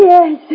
Yes